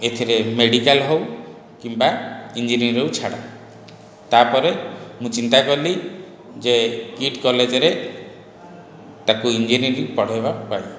ଏଥିରେ ମେଡ଼ିକାଲ୍ ହେଉ କିମ୍ବା ଇଞ୍ଜିନିୟରିଂ ହେଉ ଛାଡ଼ ତାପରେ ମୁଁ ଚିନ୍ତା କଲି ଯେ କିଟ୍ କଲେଜରେ ତାକୁ ଇଞ୍ଜିନିୟରିଂ ପଢ଼େଇବା ପାଇଁ